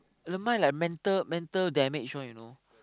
the mind like mental mental damage on you know